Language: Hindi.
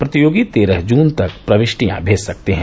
प्रतियोगी तेरह जून तक प्रविष्टियां भेज सकते हैं